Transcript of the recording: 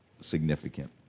significant